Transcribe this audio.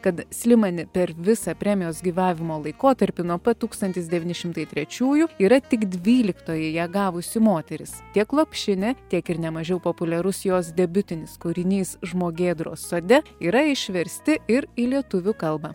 kad slimani per visą premijos gyvavimo laikotarpį nuo pat tūkstantis devyni šimtai trečiųjų yra tik dvyliktoji ją gavusi moteris tiek lopšinė tiek ir nemažiau populiarus jos debiutinis kūrinys žmogėdros sode yra išversti ir į lietuvių kalbą